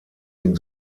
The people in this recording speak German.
ihn